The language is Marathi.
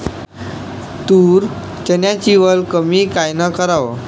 तूर, चन्याची वल कमी कायनं कराव?